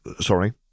Sorry